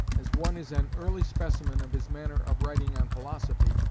as one is an early specimen of his manner of writing on philosophy,